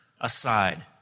aside